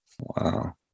Wow